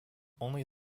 only